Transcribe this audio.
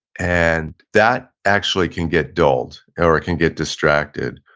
and that actually can get dulled or it can get distracted,